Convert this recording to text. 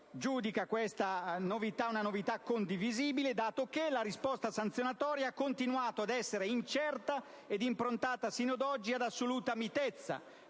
Giudica, inoltre, questa una novità condivisibile dato che la risposta sanzionatoria ha continuato ad essere incerta ed improntata, fino ad oggi, ad assoluta mitezza,